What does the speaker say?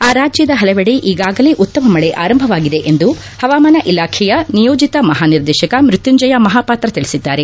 ಆ ರಾಜ್ಯದ ಹಲವೆಡೆ ಈಗಾಗಲೇ ಉತ್ತಮ ಮಳೆ ಆರಂಭವಾಗಿದೆ ಎಂದು ಹವಾಮಾನ ಇಲಾಖೆಯ ನಿಯೋಜಿತ ಮಹಾನಿರ್ದೇಶಕ ಮೃತ್ಖುಂಜಯ ಮಹಾಪಾತ್ರ ತಿಳಿಸಿದ್ದಾರೆ